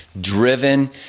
driven